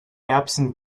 erbsen